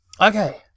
Okay